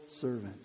servant